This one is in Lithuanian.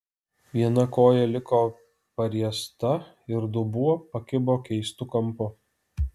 viena koja liko pariesta ir dubuo pakibo keistu kampu